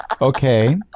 Okay